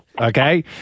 Okay